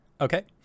Okay